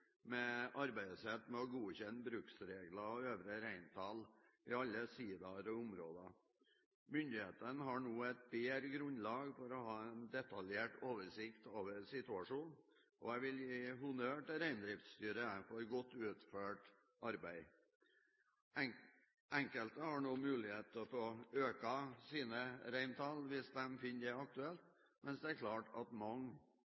med arbeidet sitt med å godkjenne bruksregler og øvre reintall i alle sidaer og områder. Myndighetene har nå et bedre grunnlag for å ha en detaljert oversikt over situasjonen. Jeg vil gi honnør til Reindriftsstyret for godt utført arbeid. Enkelte har nå mulighet til å øke sine reintall hvis de finner det aktuelt, mens det er